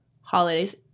holidays